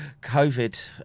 COVID